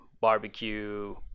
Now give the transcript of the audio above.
barbecue